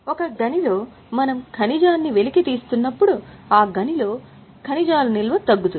ఒక గనిలో మనం ఖనిజాన్ని వెలికితీస్తున్నప్పుడు ఆ గనిలో ఖనిజాల నిల్వ తగ్గుతుంది